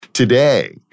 Today